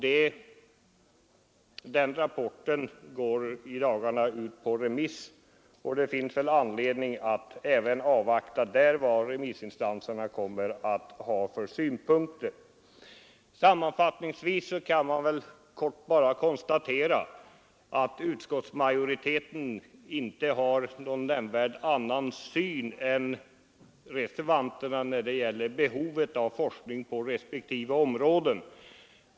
Denna rapport går i dagarna ut på remiss, och det finns väl anledning att även avvakta vad remissinstanserna kommer att ha för synpunkter på den. Sammanfattningsvis kan man konstatera att utskottsmajoriteten inte har någon nämnvärt annorlunda syn än reservanterna när det gäller behovet av forskning på respektive områden.